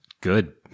Good